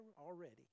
already